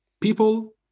people